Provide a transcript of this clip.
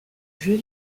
jeux